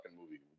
movie